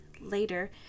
later